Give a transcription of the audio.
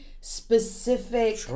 specific